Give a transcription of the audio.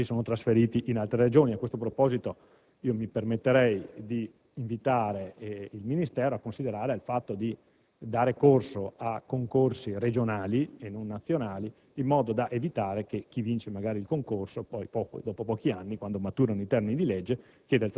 si sono trasferiti in altre Regioni. A questo proposito, mi permetterei di invitare il Ministero a considerare il fatto di dare corso a concorsi regionali e non nazionali, in modo da evitare che chi vince magari il concorso, dopo pochi anni, quando maturano i termini di legge,